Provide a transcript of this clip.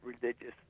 religious